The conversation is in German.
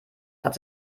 hat